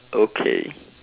okay